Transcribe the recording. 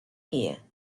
here